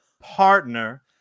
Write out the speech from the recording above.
partner